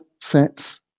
sets